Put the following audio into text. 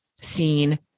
seen